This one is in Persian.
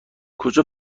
کجا